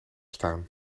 staan